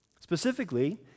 Specifically